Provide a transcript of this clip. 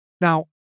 Now